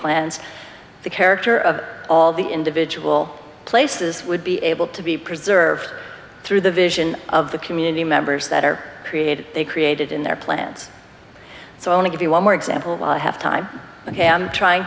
plans the character of all the individual places would be able to be preserved through the vision of the community members that are created they created in their plans so i want to give you one more example i have time ok i'm trying